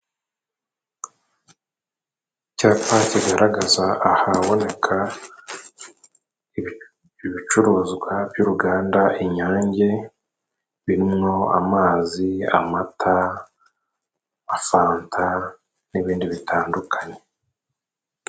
Icyapa kigaragaza ahaboneka ibicuruzwa by'uruganda Inyange birimo amazi, amata na fanta n'ibindi bitandukanye.